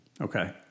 Okay